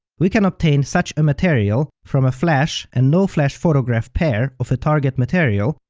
we can obtain such a material from a flash and no-flash photograph pair of the target material,